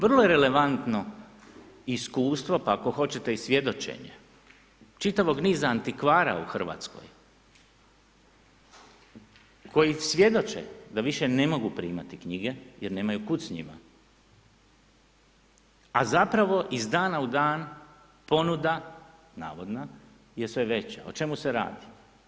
Vrlo je relevantno iskustvo pa ako hoćete i svjedočenje čitavog niza antikvara u Hrvatskoj koji svjedoče da više ne mogu primati knjige jer nemaju kud s njima a zapravo iz danas u dana ponuda navodna je sve veća, o čemu se radi?